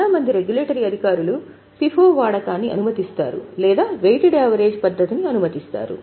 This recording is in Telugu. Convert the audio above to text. చాలా మంది రెగ్యులేటరీ అధికారులు FIFO వాడకాన్ని అనుమతిస్తారు లేదా వెయిటెడ్ యావరేజ్ పద్ధతి ని అనుమతిస్తారు